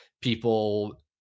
people